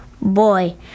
Boy